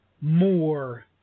more